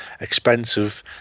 expensive